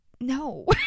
no